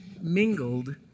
mingled